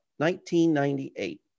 1998